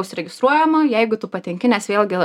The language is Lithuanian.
užregistruojama jeigu tu patenki nes vėlgi